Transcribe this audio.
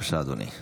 בבקשה, אדוני.